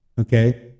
okay